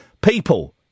People